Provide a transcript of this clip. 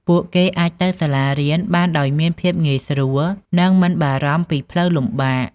ពួកគេអាចទៅសាលារៀនបានដោយមានភាពងាយស្រួលនិងមិនបារម្ភពីផ្លូវលំបាក។